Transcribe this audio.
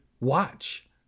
watch